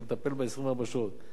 שהוא מטפל בה 24 שעות,